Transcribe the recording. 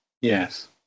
yes